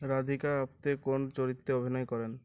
রাধিকা আপ্তে কোন চরিত্রে অভিনয় করেন